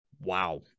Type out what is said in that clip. wow